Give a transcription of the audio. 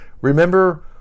Remember